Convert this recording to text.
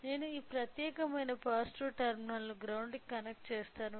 నేను ఈ ప్రత్యేకమైన పాజిటివ్ టెర్మినల్ను గ్రౌండ్ కి కనెక్ట్ చేస్తాను